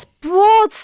broad